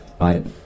right